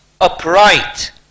upright